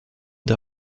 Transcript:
der